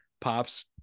pops